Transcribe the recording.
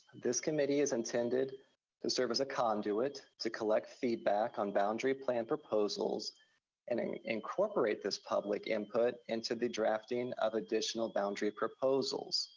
this committee is intended to serve as a conduit to collect feedback on boundary plan proposals and incorporate this public input into the drafting of additional boundary proposals.